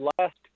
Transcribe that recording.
last